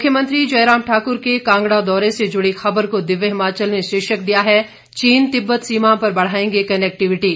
मुख्यमंत्री जयराम ठाकुर के कांगड़ा दौरे से जुड़ी खबर को दिव्य हिमाचल ने शीर्षक दिया है चीन तिब्बत सीमा पर बढ़ाएंगे कनेक्टिविटी